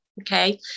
Okay